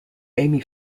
amy